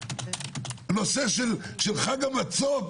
נושא של חג המצות,